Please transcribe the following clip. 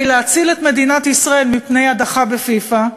להציל את מדינת ישראל מפני הדחה בפיפ"א.